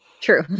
True